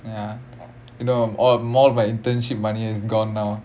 ya you know all all all of my internship money is gone now